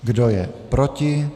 Kdo je proti?